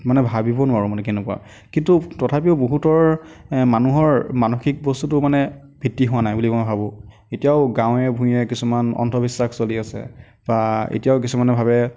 মানে ভাবিব নোৱাৰোঁ মানে কেনেকুৱা কিন্তু তথাপিও বহুতৰ মানুহৰ মানসিক বস্তুটো মানে ভিত্তি হোৱা নাই বুলি মই ভাবোঁ এতিয়াও গাঁৱে ভূঞে কিছুমান অন্ধবিশ্বাস চলি আছে বা এতিয়াও কিছুমানে ভাৱে